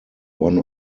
one